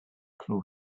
for